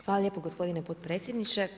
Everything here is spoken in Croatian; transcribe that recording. Hvala lijepo gospodine potpredsjedniče.